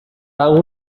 اون